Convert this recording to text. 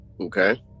Okay